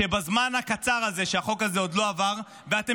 שבזמן הקצר הזה שהחוק הזה עוד לא עבר ואתם